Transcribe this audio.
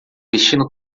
vestindo